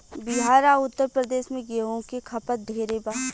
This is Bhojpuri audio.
बिहार आ उत्तर प्रदेश मे गेंहू के खपत ढेरे बा